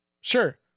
Sure